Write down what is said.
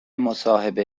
مصاحبه